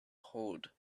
hold